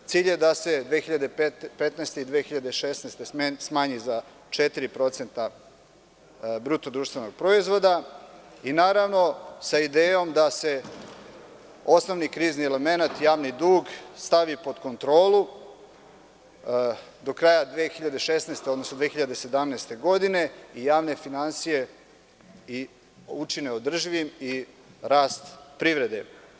Cilj je da se 2015. i 2016. godine smanji za 4% BDP, i naravno, sa idejom da se osnovni krizni elemenat, javni dug stavi pod kontrolu do kraja 2016. odnosno 2017. godine i javne finansije učine održivim i rast privrede.